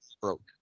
broke